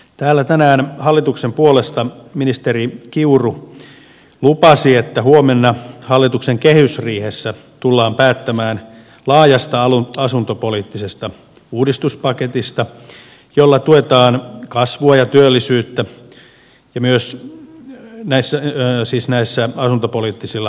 täällä tänään hallituksen puolesta ministeri kiuru lupasi että huomenna hallituksen kehysriihessä tullaan päättämään laajasta asuntopoliittisesta uudistuspaketista jolla tuetaan kasvua ja työllisyyttä asuntopoliittisilla toimenpiteillä